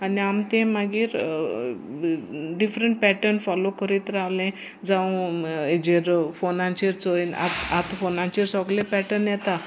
आनी आम ते मागीर डिफरंट पॅटर्न फोलो करीत रावलें जावं हेजेर फोनाचेर चोय आतां फोनाचेर सोगलें पॅटन येता